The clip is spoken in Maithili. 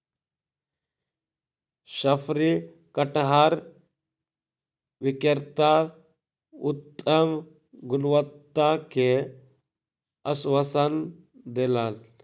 शफरी कटहर विक्रेता उत्तम गुणवत्ता के आश्वासन देलक